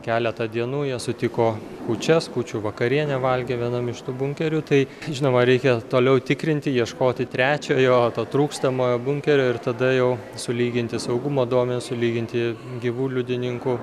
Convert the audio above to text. keletą dienų jie sutiko kūčias kūčių vakarienę valgė vienam iš tų bunkerių tai žinoma reikia toliau tikrinti ieškoti trečiojo to trūkstamojo bunkerio ir tada jau sulyginti saugumo duomenis sulyginti gyvų liudininkų